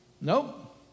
Nope